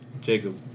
jacob